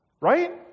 Right